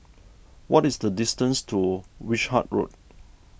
what is the distance to Wishart Road